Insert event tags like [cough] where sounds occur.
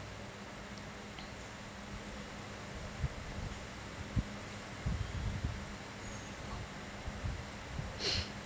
[breath]